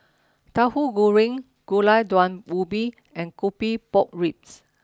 Tauhu Goreng Gulai Daun Ubi and Coffee Pork Ribs